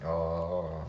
orh